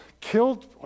killed